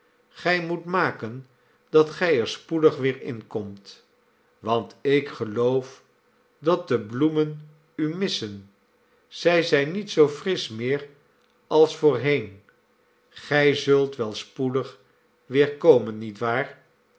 gij moet maken dat gij er spoedig weer in komt want ik geloof dat de bloemen u missen zij zijn niet zoo frisch meer als voorheen gij zult wel spoedig weer komen niet waar